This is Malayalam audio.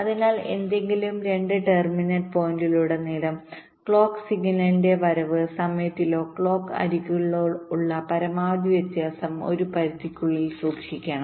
അതിനാൽ ഏതെങ്കിലും 2 ടെർമിനൽ പോയിന്റുകളിലുടനീളം ക്ലോക്ക് സിഗ്നലിന്റെ വരവ് സമയത്തിലോ ക്ലോക്ക് അരികുകളിലോ ഉള്ള പരമാവധി വ്യത്യാസം ഒരു പരിധിക്കുള്ളിൽ സൂക്ഷിക്കണം